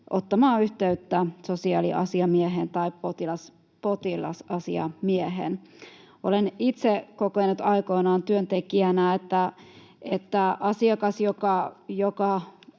ottamaan yhteyttä sosiaaliasiamieheen tai potilasasiamieheen. Olen itse kokenut aikoinaan työntekijänä, että asiakas, joka